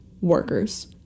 Workers